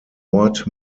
ort